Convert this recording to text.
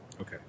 Okay